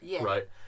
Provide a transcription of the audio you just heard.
right